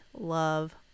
love